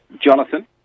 Jonathan